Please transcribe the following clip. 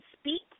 speak